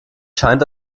scheint